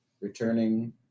returning